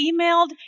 emailed